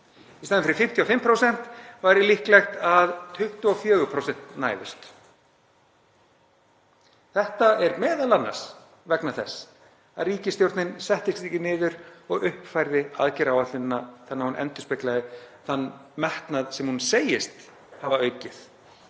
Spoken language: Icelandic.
Í staðinn fyrir 55% væri líklegt að 24% næðust. Þetta er m.a. vegna þess að ríkisstjórnin settist ekki niður og uppfærði aðgerðaáætlunina þannig að hún endurspeglaði þann metnað sem hún segist hafa aukið,